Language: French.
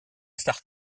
start